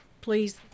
please